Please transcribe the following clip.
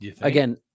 Again